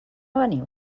veniu